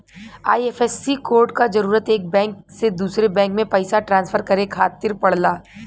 IFSC code क जरूरत एक बैंक से दूसरे बैंक में पइसा ट्रांसफर करे खातिर पड़ला